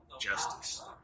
justice